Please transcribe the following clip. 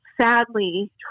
sadly